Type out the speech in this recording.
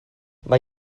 mae